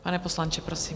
Pane poslanče, prosím.